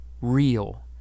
real